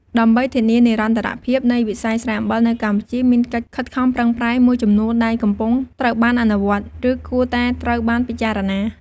ដើម្បីធានានិរន្តរភាពនៃវិស័យស្រែអំបិលនៅកម្ពុជា មានកិច្ចខិតខំប្រឹងប្រែងមួយចំនួនដែលកំពុងត្រូវបានអនុវត្ត ឬគួរតែត្រូវបានពិចារណា៖